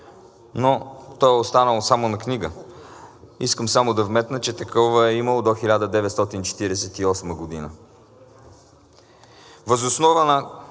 но то е останало само на книга. Искам само да вметна, че такова е имало до 1948 г. Въз основа на